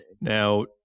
Now